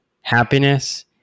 happiness